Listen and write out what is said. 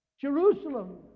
Jerusalem